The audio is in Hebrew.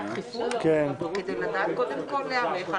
כדי לדעת להיערך.